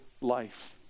life